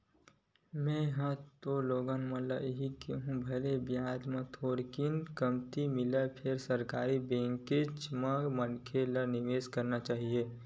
में हा ह तो लोगन ल इही कहिहूँ भले बियाज ह थोरकिन कमती मिलय फेर सरकारी बेंकेच म मनखे ल निवेस करना चाही